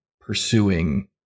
pursuing